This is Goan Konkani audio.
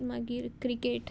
मागीर क्रिकेट